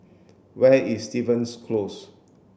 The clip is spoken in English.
where is Stevens Close